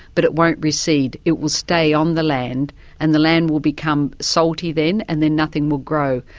but it won't recede. it will stay on the land and the land will become salty then and then nothing will grow,